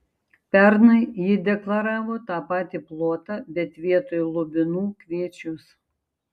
pernai ji deklaravo tą patį plotą bet vietoj lubinų kviečius